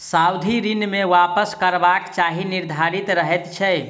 सावधि ऋण मे वापस करबाक समय निर्धारित रहैत छै